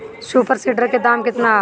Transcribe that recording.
Super seeder के दाम केतना ह?